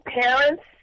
parents